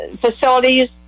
facilities